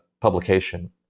publication